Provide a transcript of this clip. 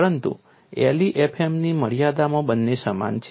પરંતુ LEFM ની મર્યાદામાં બંને સમાન છે